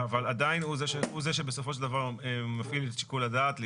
אבל עדין הוא זה שבסופו של דבר מפעיל את שיקול הדעת כדי